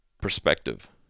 perspective